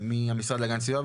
מהמשרד להגנת הסביבה,